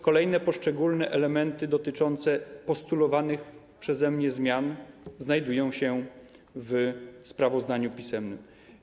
Kolejne poszczególne kwestie dotyczące postulowanych przeze mnie zmian znajdują się w sprawozdaniu pisemnym.